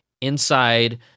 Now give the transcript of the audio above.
inside